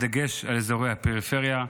בדגש על אזורי הפריפריה.